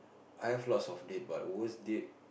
I've lots of date but worst date